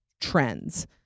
trends